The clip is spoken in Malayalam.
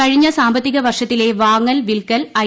കഴിഞ്ഞ സാമ്പത്തിക വർഷത്തിലെ വാങ്ങൽ വിൽക്കൽ ഐ